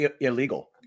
illegal